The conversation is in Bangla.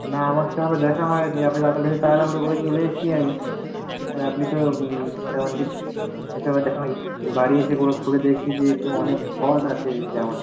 না আমার সেভাবে দেখা হয় নি এত তাড়াতাড়ি আমি তাড়াহুড়ো করে চলে এসছি আমি আর আপনি তো তেমন কিছু সেভাবে দেখা হয় নি বাড়ি এসে এগুলো খুলে দেখছি যে এত অনেক ফল্ট আছে জামায়